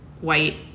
white